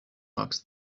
marks